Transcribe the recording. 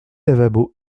lavabo